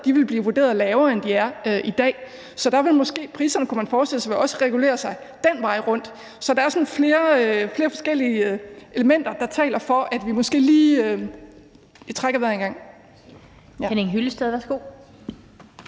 vil blive vurderet lavere, end de bliver i dag. Så man kan forestille sig, at priserne også vil regulere sig den vej rundt. Så der er flere forskellige elementer, der taler for, at vi måske lige trækker vejret en gang.